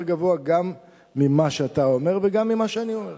גבוה גם ממה שאתה אומר וגם ממה שאני אומר.